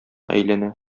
әйләнә